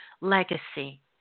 legacy